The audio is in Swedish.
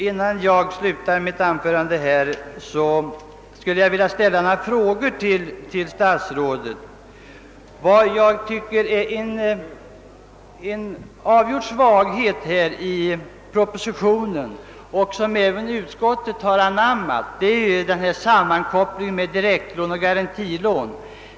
Innan jag slutar mitt anförande skulle jag vilja ställa en fråga till statsrådet. Vad jag finner vara en avgjord svaghet i propositionen, något som anammats även av utskottet, är sammankopplingen av direktlån med garantilån.